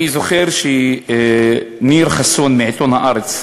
אני זוכר שניר חסון מעיתון "הארץ"